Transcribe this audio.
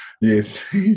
yes